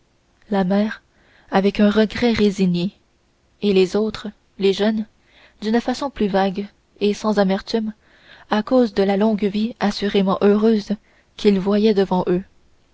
la mère avec un regret résigné et les autres les jeunes d'une façon plus vague et sans amertume à cause de la longue vie assurément heureuse qu'ils voyaient devant eux